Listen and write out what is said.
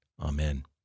Amen